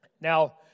Now